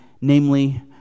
Namely